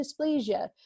dysplasia